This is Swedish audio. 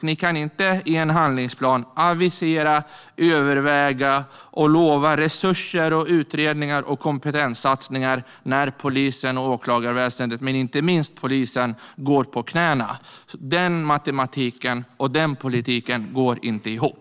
Ni kan inte i en handlingsplan avisera, överväga och lova resurser, utredningar och kompetenssatsningar när polisen och åklagarväsendet - inte minst polisen - går på knäna. Den matematiken och politiken går inte ihop.